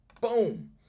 boom